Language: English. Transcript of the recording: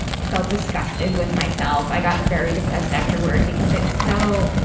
and felt disgusted with myself. i got very depressed afterward because it's so,